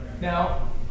Now